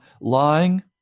lying